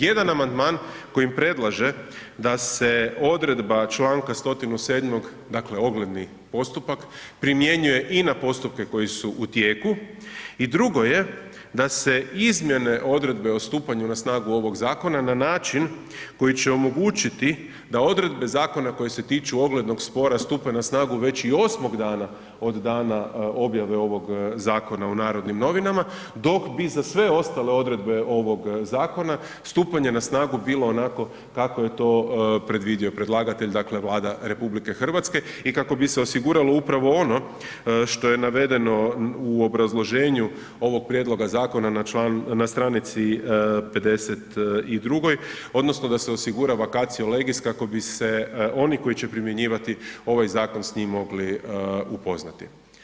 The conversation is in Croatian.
Jedan amandman kojim predlaže da se odredba članka 107. dakle ogledni postupak, primjenjuje i na postupke koji su u tijeku i drugo je da se izmjene odredbe o stupanju na snagu ovoga zakona na način koji će omogućiti da odredbe zakona koji se tiču oglednog spora stupe na snagu veći i osmog dana od dana objave ovog zakona u Narodnim novinama dok bi za sve ostale odredbe ovog zakona, stupanje na snagu bilo onako kako je to predvidio predlagatelj, dakle Vlada RH i kako bi se osiguralo upravo ono što je navedeno u obrazloženju ovoga prijedloga zakona na stranici 52. odnosno da se osigura vacatio legis kako bi se oni koji će primjenjivati ovaj zakon, s njim mogli upoznati.